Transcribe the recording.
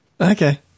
Okay